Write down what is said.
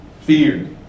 fear